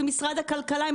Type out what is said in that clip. עם משרד הכלכלה,